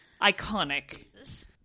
Iconic